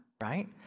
right